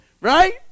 Right